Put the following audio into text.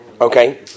Okay